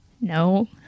No